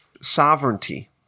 sovereignty